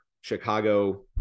Chicago